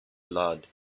blood